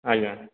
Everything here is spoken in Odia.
ଆଜ୍ଞା